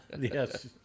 Yes